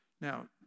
Now